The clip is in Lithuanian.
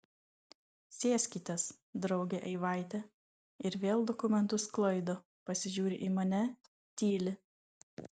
sėskitės drauge eivaite ir vėl dokumentus sklaido pasižiūri į mane tyli